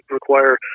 require